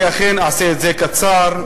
אני אכן אעשה את זה קצר.